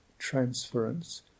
transference